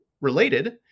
related